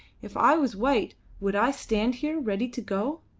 if i was white would i stand here, ready to go?